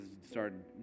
started